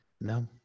No